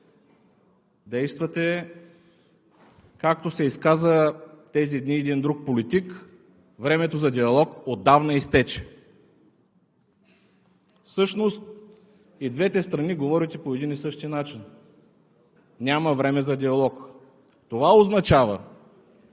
действате, както се изказа тези дни един друг политик: „Времето за диалог отдавна изтече.“ Всъщност и двете страни говорите по един и същи начин: няма време за диалог. Това означава,